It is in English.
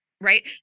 right